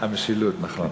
המשילות, נכון.